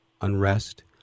unrest